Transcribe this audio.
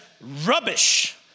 rubbish